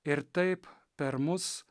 ir taip per mus